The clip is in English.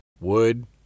Wood